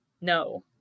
No